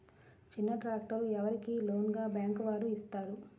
చిన్న ట్రాక్టర్ ఎవరికి లోన్గా బ్యాంక్ వారు ఇస్తారు?